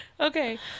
Okay